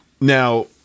Now-